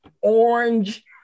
orange